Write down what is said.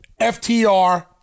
FTR